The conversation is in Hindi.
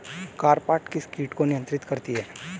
कारटाप किस किट को नियंत्रित करती है?